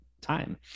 time